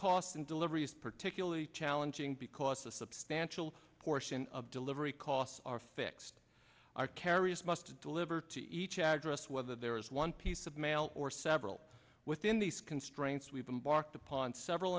costs and deliveries particularly alan ging because a substantial portion of delivery costs are fixed our carriers must deliver to each address whether there is one piece of mail or several within these constraints we've been barked upon several